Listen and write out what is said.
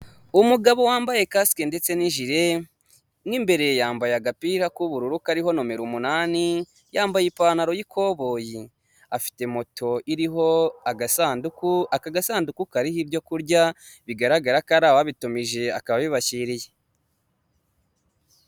Umugabo wambaye kasike ndetse n' ijire mo imbere yambaye agapira k'ubururu kariho nomero umunani, yambaye ipantaro y'ikoboyi. Afite moto iriho agasanduku, aka gasanduku kariho ibyo kurya bigaragara ko ari ababitumije akaba abibashyiriye.